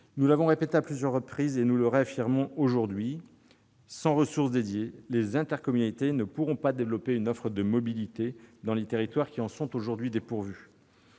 Nous l'avons répété à plusieurs reprises et nous le réaffirmons aujourd'hui : sans ressources dédiées, les intercommunalités ne pourront pas développer une offre de mobilité dans les territoires qui en sont aujourd'hui dépourvus.